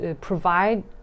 provide